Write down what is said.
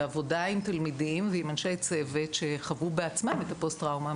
עבודה עם תלמידים ועם אנשי צוות שחוו בעצמם את הפוסט-טראומה.